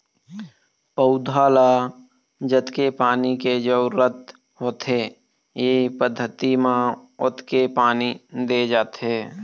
पउधा ल जतके पानी के जरूरत होथे ए पद्यति म ओतके पानी दे जाथे